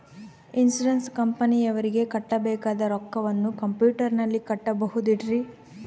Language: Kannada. ಇನ್ಸೂರೆನ್ಸ್ ಕಂಪನಿಯವರಿಗೆ ಕಟ್ಟಬೇಕಾದ ರೊಕ್ಕವನ್ನು ಕಂಪ್ಯೂಟರನಲ್ಲಿ ಕಟ್ಟಬಹುದ್ರಿ?